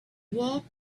walked